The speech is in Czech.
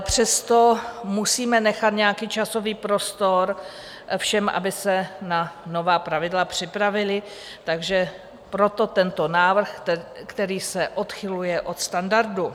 Přesto musíme nechat nějaký časový prostor všem, aby se na nová pravidla připravili, takže proto tento návrh, který se odchyluje od standardu.